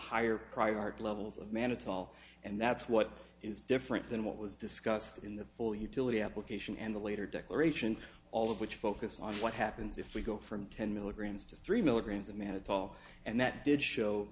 higher priority levels of mannitol and that's what is different than what was discussed in the full utility application and the later declarations all of which focus on what happens if we go from ten milligrams just three milligrams of mad paul and that did show